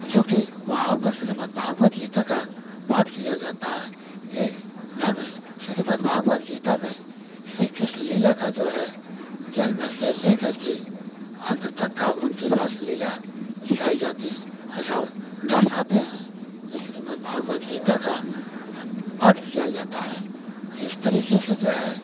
जोकि वहाँ पर श्रीमद्भागवत गीता का पाठ किया जाता है यह धर्म श्रीमद्भागवत गीता में श्री कृष्ण लीला का जो है जन्म से ले करके अन्त तक का उनकी रासलीला दिखाई जाती है ऐसा दरसाते हैं यह श्रीमद्भागवत गीता का पाठ किया जाता है इस तरीके जो है